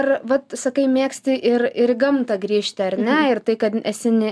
ar vat sakai mėgsti ir ir į gamtą grįžti ar ne ir tai kad esi